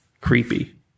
Creepy